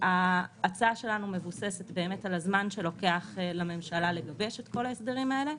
ההצעה שלנו מבוססת על הזמן שלוקח לממשלה לגבש את כל ההסדרים האלה.